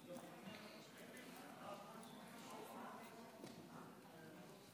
גברתי היושבת-ראש, כנסת נכבדה, תראו,